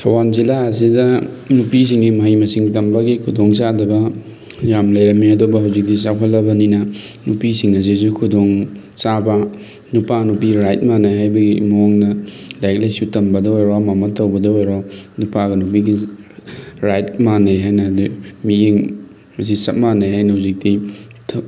ꯊꯧꯕꯥꯟ ꯖꯤꯜꯂꯥ ꯑꯁꯤꯗ ꯅꯨꯄꯤꯁꯤꯡꯒꯤ ꯃꯍꯩ ꯃꯁꯤꯡ ꯇꯝꯕꯒꯤ ꯈꯨꯗꯣꯡ ꯆꯥꯗꯕ ꯌꯥꯝ ꯂꯩꯔꯝꯃꯤ ꯑꯗꯨꯕꯨ ꯍꯧꯖꯤꯛꯇꯤ ꯆꯥꯎꯈꯠꯂꯕꯅꯤꯅ ꯅꯨꯄꯤꯁꯤꯡ ꯑꯁꯤꯁꯨ ꯈꯨꯗꯣꯡ ꯆꯥꯕ ꯅꯨꯄꯥ ꯅꯨꯄꯤ ꯔꯥꯏꯠ ꯃꯥꯟꯅꯩ ꯍꯥꯏꯕꯒꯤ ꯃꯑꯣꯡꯗ ꯂꯥꯏꯔꯤꯛ ꯂꯥꯏꯁꯨ ꯇꯝꯕꯗ ꯑꯣꯏꯔꯣ ꯑꯃ ꯑꯃ ꯇꯧꯕꯗ ꯑꯣꯏꯔꯣ ꯅꯨꯄꯥꯒ ꯅꯨꯄꯤꯒ ꯔꯥꯏꯠ ꯃꯥꯟꯅꯩ ꯍꯥꯏꯅꯗꯤ ꯃꯤꯠꯌꯦꯡ ꯑꯁꯤ ꯆꯞ ꯃꯥꯟꯅꯩ ꯍꯥꯏꯅ ꯍꯧꯖꯤꯛꯇꯤ